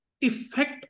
effect